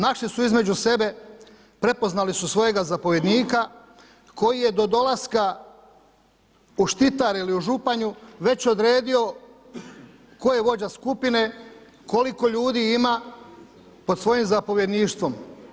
Našli su između sebe, prepoznali su svojega zapovjednika koji je do dolaska u Štitar ili u Županju već odredio tko je vođa skupine, koliko ljudi ima pod svojim zapovjedništvom.